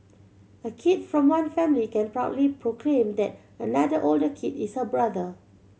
a kid from one family can proudly proclaim that another older kid is her brother